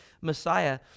Messiah